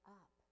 up